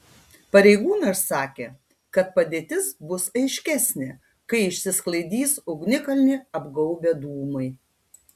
pareigūnas sakė kad padėtis bus aiškesnė kai išsisklaidys ugnikalnį apgaubę dūmai